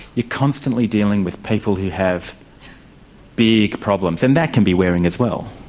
you're constantly dealing with people who have big problems, and that can be wearing as well.